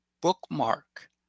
bookmark